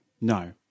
No